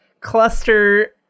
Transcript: cluster